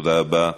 תודה רבה.